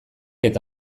eta